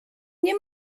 nie